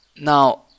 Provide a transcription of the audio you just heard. Now